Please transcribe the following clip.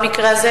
במקרה הזה,